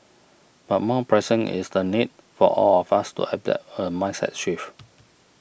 but more pressing is the need for all of us to adopt a mindset shift